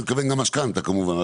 אתה מתכוון גם משכנתה כמובן.